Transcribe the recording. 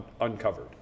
uncovered